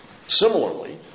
Similarly